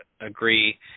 agree